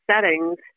settings